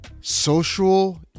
social